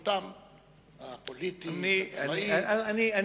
ביכולתן הפוליטית והצבאית.